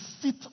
sit